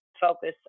focus